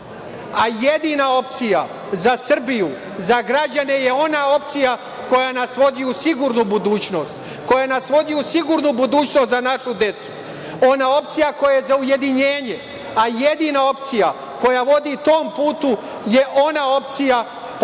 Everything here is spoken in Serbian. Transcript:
mestu. Jedina opcija za Srbiju, za građane je ona opcija koja nas vodi u sigurnu budućnost, koja nas vodi u sigurnu budućnost za našu decu, ona opcija koja je za ujedinjenje, a jedina opcija koja vodi tom putu je ona opcija, politička